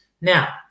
Now